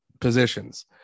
positions